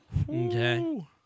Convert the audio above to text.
Okay